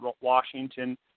Washington